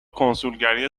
کنسولگری